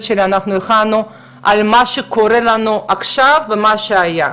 שלי הכנו על מה שקורה לנו עכשיו ועל מה שהיה,